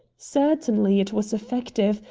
certainly it was effective,